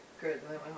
Good